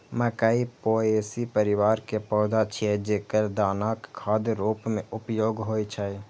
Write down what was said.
मकइ पोएसी परिवार के पौधा छियै, जेकर दानाक खाद्य रूप मे उपयोग होइ छै